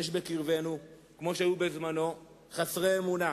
יש בקרבנו, כמו שהיו בזמנו, חסרי אמונה.